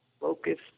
focus